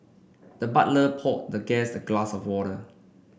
the butler poured the guest glass of water